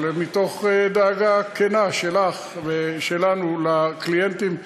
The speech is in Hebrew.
אבל מתוך דאגה כנה שלך ושלנו לקליינטים,